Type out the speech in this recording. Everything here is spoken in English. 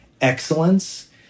excellence